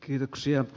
kiitoksia